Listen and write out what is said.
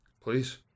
Please